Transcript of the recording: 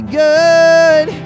good